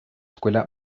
escuela